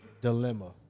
dilemma